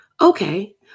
Okay